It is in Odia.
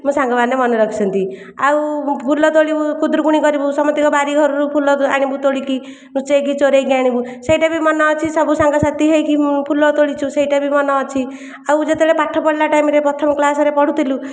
ମୋ ସାଙ୍ଗମାନେ ମନେ ରଖିଛନ୍ତି ଆଉ ଫୁଲତୋଳିବୁ ଖୁଦୁରୁକୁଣୀ କରିବୁ ସମସ୍ତଙ୍କ ବାରିଘରରୁ ଫୁଲ ଆଣିବୁ ତୋଳିକି ଲୁଚେଇକି ଚୋରେଇକି ଆଣିବୁ ସେଇଟା ବି ମନେ ଅଛି ସବୁ ସାଙ୍ଗସାଥି ହୋଇକି ଫୁଲ ତୋଳିଛୁ ସେଇଟା ବି ମନେ ଅଛି ଆଉ ଯେତେବେଳେ ପାଠ ପଢ଼ିଲା ଟାଇମରେ ପ୍ରଥମ କ୍ଲାସରେ ପଢୁଥିଲୁ